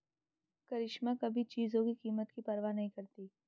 करिश्मा कभी चीजों की कीमत की परवाह नहीं करती